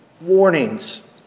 Warnings